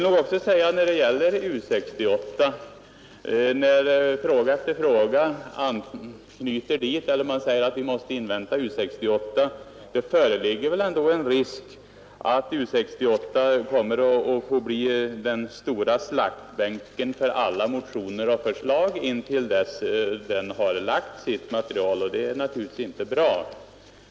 När man hela tiden säger att vi måste invänta U 68, föreligger det väl ändå risk för att U 68 kommer att bli den stora slaktbänken för alla motioner och förslag intill dess U 68 har lagt fram sitt material, och det är naturligtvis inte bra.